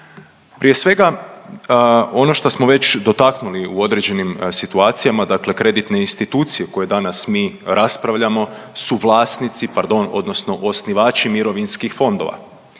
Prije svega, ono šta smo već dotaknuli u određenim situacijama, dakle kreditne institucije u koje danas mi raspravljamo su vlasnici, pardon, odnosno osnivači mirovinskih fondova,